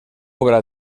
obra